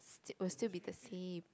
st~ will still be the same